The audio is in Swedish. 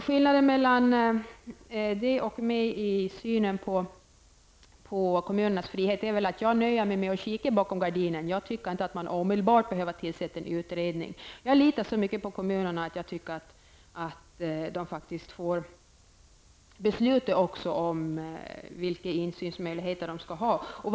Skillnaden mellan Bengt Kindbom och mig när det gäller synen på kommunernas frihet är väl att jag nöjer mig med att kika bakom gardinen. Jag tycker inte att man omedelbart behöver tillsätta en utredning. Jag litar så mycket på kommunerna att jag tycker att de skall få besluta om vilka insynsmöjligheter de skall ha.